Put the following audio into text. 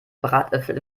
bratäpfel